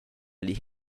oli